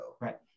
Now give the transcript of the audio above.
Right